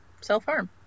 self-harm